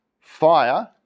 fire